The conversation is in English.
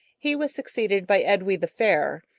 he was succeeded by edwy the fair,